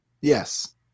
Yes